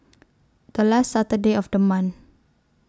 The last Saturday of The month